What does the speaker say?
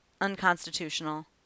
unconstitutional